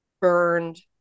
burned